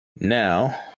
Now